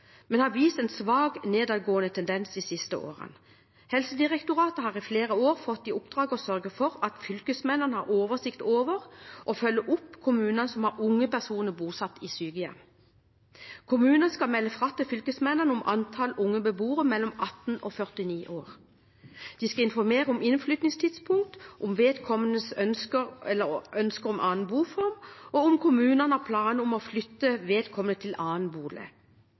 men har vist en svak nedadgående tendens de siste årene. Helsedirektoratet har i flere år fått i oppdrag å sørge for at fylkesmennene har oversikt over og følger opp kommuner som har unge personer bosatt i sykehjem. Kommunen skal melde fra til fylkesmannen om antall unge beboere mellom 18 og 49 år. De skal informere om innflyttingstidspunkt, om vedkommendes ønske om annen boform eller om kommunen har planer om å flytte vedkommende til annen bolig.